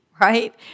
right